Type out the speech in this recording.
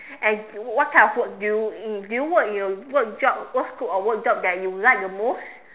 and what type of work do you in do you work in your work job work scope or work job you like the most